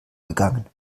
gegangen